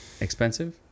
Expensive